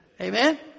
Amen